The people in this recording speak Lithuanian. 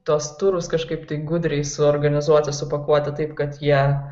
tuos turus kažkaip taip gudriai suorganizuoti supakuoti taip kad jie